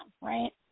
right